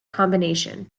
combination